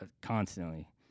constantly